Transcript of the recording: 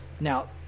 now